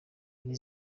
iri